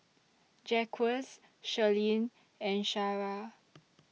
Jacquez Sherlyn and Shara